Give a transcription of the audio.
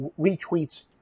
retweets